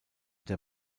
der